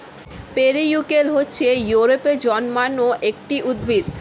periwinkle হচ্ছে ইউরোপে জন্মানো একটি উদ্ভিদ